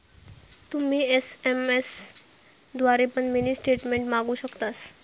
तुम्ही एस.एम.एस द्वारे पण मिनी स्टेटमेंट मागवु शकतास